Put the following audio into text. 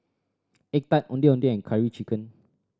egg tart Ondeh Ondeh and Curry Chicken